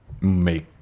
make